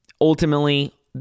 ultimately